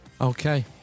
okay